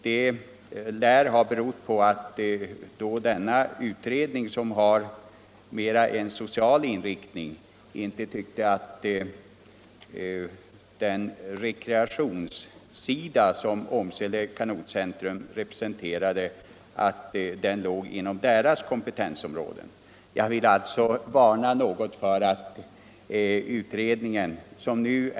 Det lär ha berott på att utredningen, som har en i huvudsak social inriktning, inte tyckte att den rekreationsverksamhet som Åmsele Kanotcentrum representerar ligger inom utredningens kompetensområde. Jag vill alltså något varna för att den utredningens kompetensområde.